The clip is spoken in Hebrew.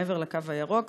מעבר לקו הירוק,